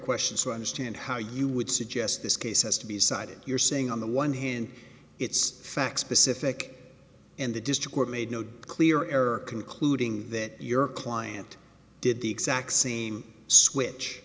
questions to understand how you would suggest this case has to be cited you're saying on the one hand it's facts specific and the district court made no clear error concluding that your client did the exact same switch